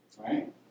Right